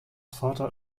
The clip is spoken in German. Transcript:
vater